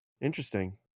Interesting